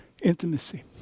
intimacy